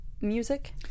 music